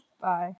Bye